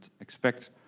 expect